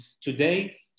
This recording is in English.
today